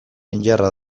indarra